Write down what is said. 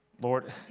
Lord